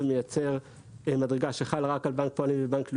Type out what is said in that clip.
ומייצר מדרגה שחלה רק על בנק הפועלים ובנק לאומי,